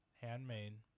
handmade